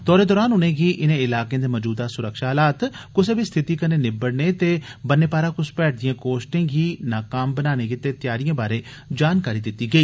दौरे दौरान उनेंगी इनें इलाकें दे मजूदा सुरक्षा हालात कुसै बी स्थिति कन्नै निब्बड़ने ते बन्ने पारा घुसपैठ दिए कोष्टे गी नाकाम बनाने गितै त्यारिए बारै जानकारी दित्ती गेई